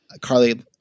Carly